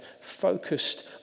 focused